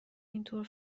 اینطور